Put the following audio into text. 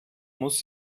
muss